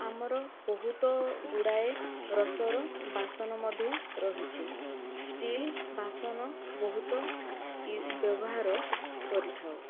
ଆମର ବହୁତ ଗୁଡ଼ିଏ ରସ ର ବାସନ ମଧ୍ୟ ରହିଛି ଷ୍ଟିଲ ବାସନ ବହୁତ ବ୍ୟବହାର କରିଥାଉ